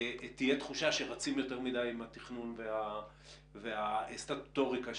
תהיה תחושה שרצים יותר מדי עם התכנון והסטטוטוריקה שלו.